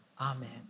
Amen